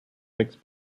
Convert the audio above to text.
fixed